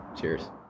Cheers